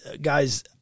guys